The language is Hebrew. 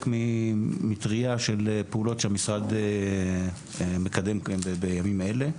ממטריה של פעולות שהמשרד מקדם בימים אלה.